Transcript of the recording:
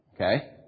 Okay